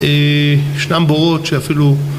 ישנם בורות שאפילו